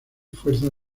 fuerzas